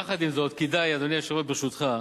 יחד עם זאת, כדאי, אדוני היושב-ראש, ברשותך,